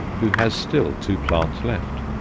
who has still two plants left.